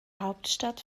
hauptstadt